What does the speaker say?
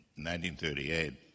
1938